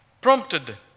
prompted